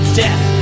death